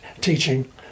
teaching